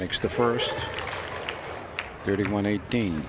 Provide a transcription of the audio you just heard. makes the first thirty one eighteen